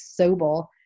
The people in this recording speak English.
Sobel